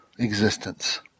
Existence